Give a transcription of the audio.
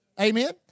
Amen